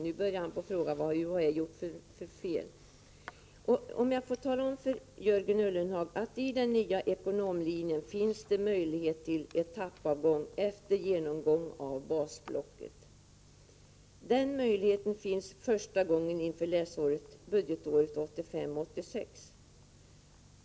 Nu frågar han vad UHÄ har gjort för fel. Jag kan tala om för Jörgen Ullenhag att det på den nya ekonomlinjen finns möjlighet till etappavgång efter genomgång av basblocket. Den möjligheten finns första gången inför budgetåret 1985/86.